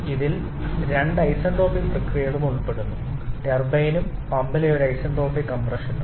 ഇതിൽ രണ്ട് ഐസന്റ്രോപിക് പ്രക്രിയകളും ഉൾപ്പെടുന്നു ടർബൈനും പമ്പിലെ ഒരു ഐസന്റ്രോപിക് കംപ്രഷനും